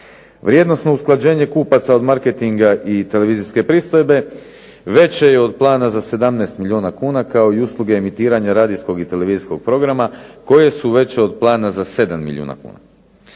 Vrijednosno usklađenje kupaca od marketinga i televizijske pristojbe veće je od plana za 17 milijuna kuna kao i usluge emitiranja radijskog i televizijskog programa koje su veće od plana za 7 milijuna kuna.